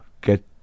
get